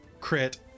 crit